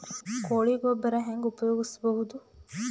ಕೊಳಿ ಗೊಬ್ಬರ ಹೆಂಗ್ ಉಪಯೋಗಸಬಹುದು?